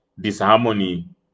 disharmony